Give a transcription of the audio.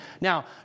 Now